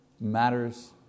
matters